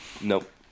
Nope